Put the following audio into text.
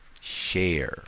share